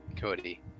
Cody